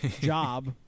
job